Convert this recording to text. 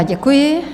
Děkuji.